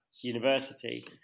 university